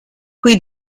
qui